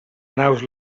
naus